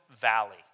valley